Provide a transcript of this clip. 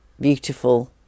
beautiful